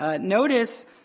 Notice